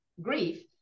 grief